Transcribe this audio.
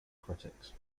critics